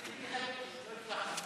חברת הכנסת איילת נחמיאס ורבין,